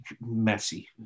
messy